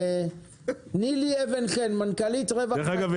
דרך אגב,